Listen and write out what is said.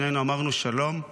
שנינו אמרנו שלום,